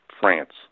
France